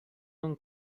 اون